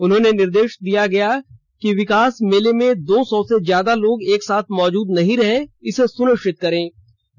उन्हें निर्देश दिया गया कि विकास मेला में दो सौ से ज्यादा लोग एक साथ मौजूद नहीं रहें इसे सुनिश्चित करेंगे